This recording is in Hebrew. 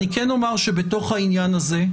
אני כן אומר שבתוך העניין הזה,